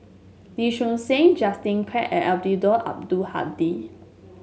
Lee Choon Seng Justin Quek and Eddino Abdul Hadi